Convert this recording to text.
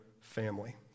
family